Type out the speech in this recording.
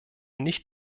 nicht